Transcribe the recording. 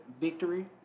victory